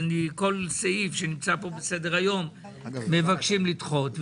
כל סעיף שנמצא בסדר-היום מבקשים לדחות.